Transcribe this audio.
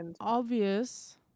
obvious